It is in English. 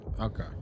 Okay